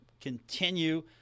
continue